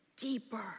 deeper